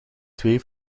twee